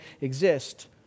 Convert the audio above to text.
exist